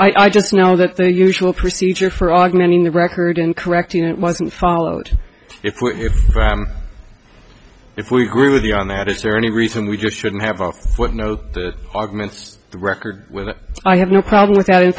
it i just know that the usual procedure for augmenting the record and correcting it wasn't followed if if we agree with you on that is there any reason we just shouldn't have our what no arguments record with it i have no problem with that in